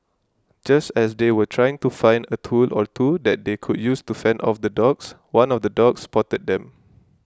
just as they were trying to find a tool or two that they could use to fend off the dogs one of the dogs spotted them